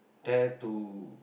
dare to